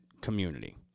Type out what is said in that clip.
community